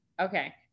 Okay